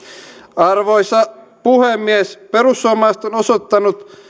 arvoisa puhemies perussuomalaiset ovat osoittaneet